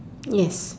yes